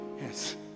yes